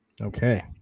okay